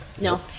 no